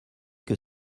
que